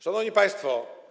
Szanowni Państwo!